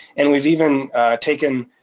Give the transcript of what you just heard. and we've even taken